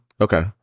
okay